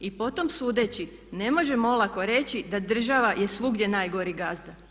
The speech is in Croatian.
I potom sudeći ne možemo olako reći da država je svugdje najgori gazda.